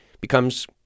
becomes